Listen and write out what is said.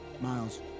Miles